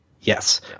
Yes